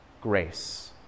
grace